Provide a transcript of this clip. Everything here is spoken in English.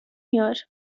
here